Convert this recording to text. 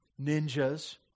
ninjas